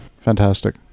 Fantastic